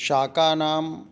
शाकानाम्